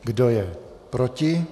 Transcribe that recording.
Kdo je proti?